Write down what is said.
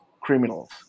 criminals